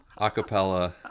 acapella